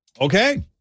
okay